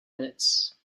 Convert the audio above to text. minutes